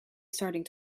starting